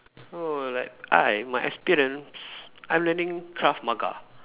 oh like I my experience I learning Krav-Maga